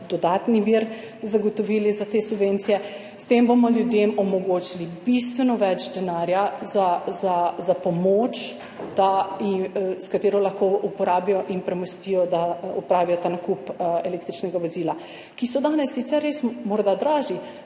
dodatni vir zagotovili za te subvencije. S tem bomo ljudem omogočili bistveno več denarja za pomoč, s katero lahko uporabijo in premostijo nakup električnega vozila, ki je danes sicer res morda dražje,